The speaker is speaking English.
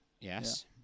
Yes